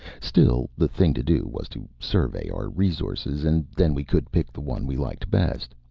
still, the thing to do was to survey our resources, and then we could pick the one we liked best.